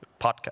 podcast